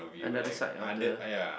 another side of the